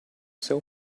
seu